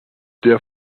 der